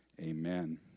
Amen